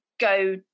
go